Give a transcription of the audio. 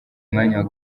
mwanya